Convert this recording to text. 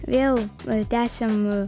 vėl tęsiam